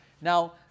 Now